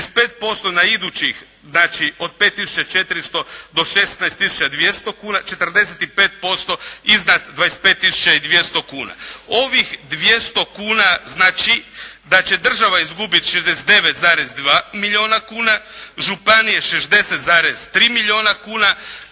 5 tisuća 400 do 16 tisuća 200 kuna, 45% iznad 25 tisuća i 200 kuna. Ovih 200 kuna znači da će država izgubiti 69,2 milijuna kuna, županije 60,3 milijuna kuna,